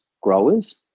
growers